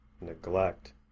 neglect